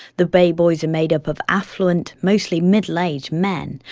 the bay boys are made up of affluent, mostly middle-aged men,